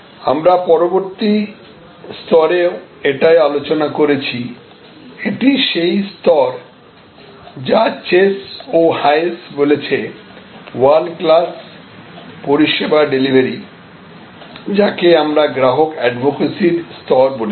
আমরা পরবর্তীতে স্তরে এটাও আলোচনা করেছি এটি সেই স্তর যা চেস ও হায়েস বলেছে ওয়ার্ল্ড ক্লাস পরিষেবা ডেলিভারি যাকে আমরা গ্রাহক এডভোকেসি স্তর বলেছি